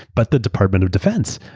but the department of defense.